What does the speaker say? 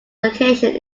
location